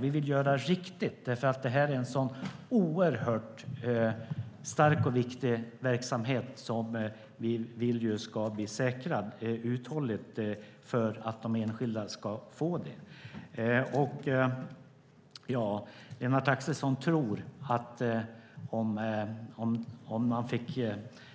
Vi vill göra det riktigt, för det här är en oerhört stark och viktig verksamhet som vi vill ska bli säkrad uthålligt för att de enskilda ska få detta. Lennart Axelsson tror att man, om man fick